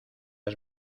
has